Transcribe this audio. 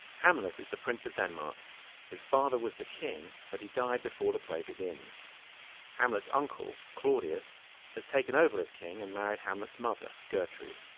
hamlet is the prince of denmark his father was the king, but he died before the play begins hamlet's uncle claudius has taken over as king and married hamlet's mother gertrude.